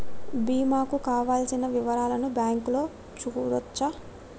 బీమా కు కావలసిన వివరాలను బ్యాంకులో చూడొచ్చా?